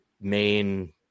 main